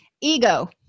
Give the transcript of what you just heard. ego